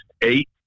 Eight